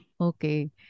Okay